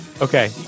Okay